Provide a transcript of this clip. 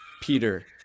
Peter